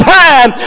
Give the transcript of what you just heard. time